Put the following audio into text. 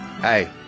Hey